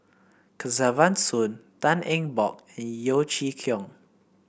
Kesavan Soon Tan Eng Bock and Yeo Chee Kiong